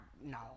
no